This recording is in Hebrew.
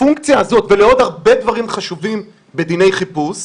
לפונקציה הזו ולעוד הרבה דברים חשובים בדיני חיפוש,